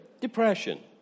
depression